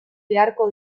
beharko